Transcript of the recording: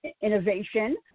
innovation